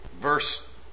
Verse